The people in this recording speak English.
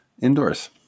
indoors